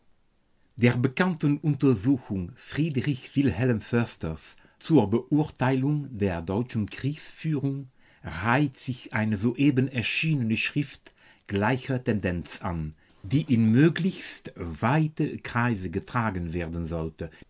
der bekannten untersuchung friedr wilh försters zur beurteilung der deutschen kriegsführung reiht sich eine soeben erschienene schrift gleicher tendenz an die in möglichst weite kreise getragen werden sollte